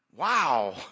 Wow